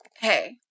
hey